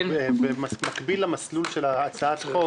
במקביל למסלול של הצעת החוק,